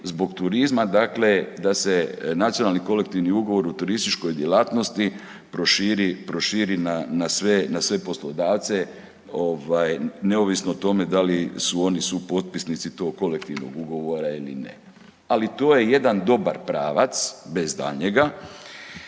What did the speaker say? zbog turizma, dakle da se nacionalni kolektivni ugovor u turističkoj djelatnosti proširi na sve poslodavce, neovisno o tome da li su oni supotpisnici tog kolektivnog ugovora ili ne. Ali to je jedan dobar pravac, bez daljnjega